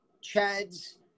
Chad's